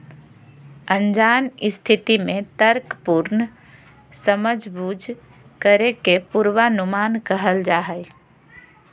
अनजान स्थिति में तर्कपूर्ण समझबूझ करे के पूर्वानुमान कहल जा हइ